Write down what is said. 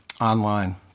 online